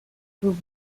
through